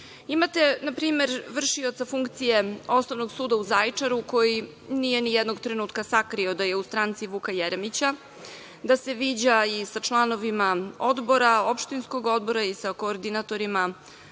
prave. Imate, na primer, vršioca funkcije Osnovnog suda u Zaječaru koji nije ni jednog trenutka sakrio da je u stranci Vuka Jeremića, da se viđa i sa članovima odbora, opštinskog odbora i sa koordinatorima